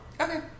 Okay